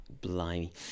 blimey